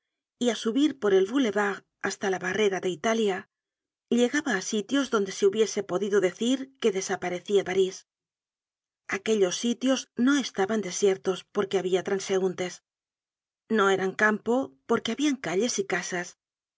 y á subir por el boulevard hasta la barrera de italia llegaba á sitios donde se hubiese podido decir que desaparecia parís aquellos sitios no estaban desiertos porque habia transeuntes no eran campo porque habia calles y casas